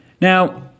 Now